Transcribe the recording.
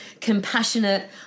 compassionate